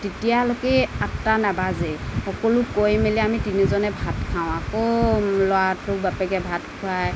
তেতিয়ালৈকে আঠটা নাবাজেই সকলো কৰি মেলি আমি তিনিওজনে ভাত খাওঁ আকৌ ল'ৰাটোক বাপেকে ভাত খোৱাই